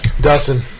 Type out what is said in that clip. Dustin